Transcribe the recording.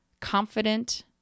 confident